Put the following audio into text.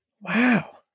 Wow